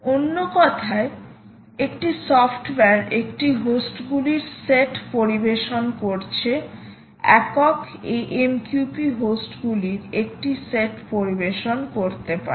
অন্য কথায় একটি সফ্টওয়্যার একটি হোস্টগুলির সেট পরিবেশন করছে একক AMQP হোস্টগুলির একটি সেট পরিবেশন করতে পারে